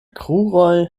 kruroj